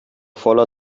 voller